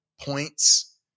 points